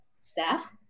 staff